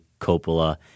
Coppola –